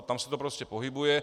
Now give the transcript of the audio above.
Tam se to prostě pohybuje.